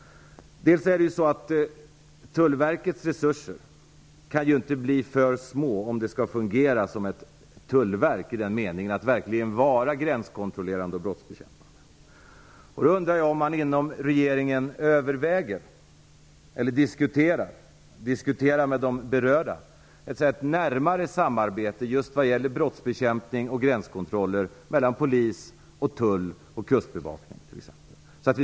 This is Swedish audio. Tullverkets resurser kan inte bli för små om det skall fungera som ett tullverk i den meningen att det verkligen är gränskontrollerande och brottsbekämpande. Jag undrar om man inom regeringen överväger, eller diskuterar med de berörda, ett närmare samarbete mellan polis, tull och kustbevakning just när det gäller brottsbekämpning och gränskontroller.